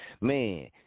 Man